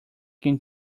can